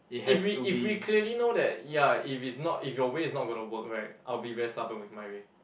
if we if we clearly know that ya if it's not if your way is not gonna work right I will be very stubborn with my way